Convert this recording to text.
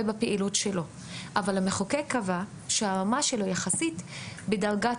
בפעילות שלו אבל המחוקק קבע שהרמה שלו יחסית בדרגת